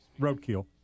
roadkill